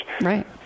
Right